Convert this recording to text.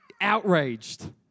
outraged